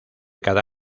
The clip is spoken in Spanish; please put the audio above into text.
cada